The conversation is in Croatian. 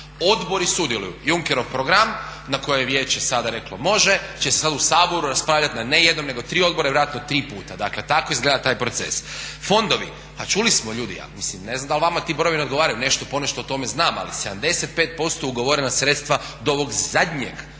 odbori sudjeluju. Junckerov program na koje je Vijeće sada reklo može će se sad u Saboru raspravljati na ne jednom, nego na tri odbora i vjerojatno tri puta. Dakle, tako izgleda taj proces. Fondovi, pa čuli smo ljudi. Mislim ne znam da li vama ti brojevi ne odgovaraju. Ponešto o tome znam, ali 75% ugovorena sredstva do ovog zadnjeg